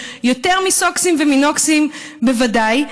יותר מסוקסים ומנוקסים בוודאי,